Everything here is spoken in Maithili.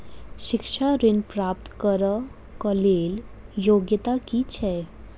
शिक्षा ऋण प्राप्त करऽ कऽ लेल योग्यता की छई?